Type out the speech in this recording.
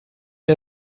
der